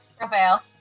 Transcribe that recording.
Raphael